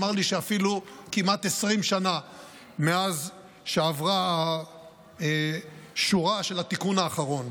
הוא אמר לי שאפילו כמעט 20 שנה מאז שעברה השורה של התיקון האחרון.